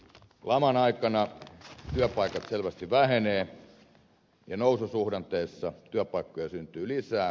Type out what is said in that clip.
laman aikana työpaikat selvästi vähenevät ja noususuhdanteessa työpaikkoja syntyy lisää